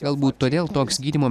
galbūt todėl toks gydymo